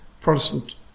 Protestant